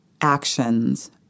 actions